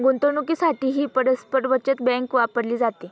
गुंतवणुकीसाठीही परस्पर बचत बँक वापरली जाते